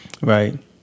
Right